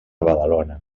badalona